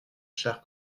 chers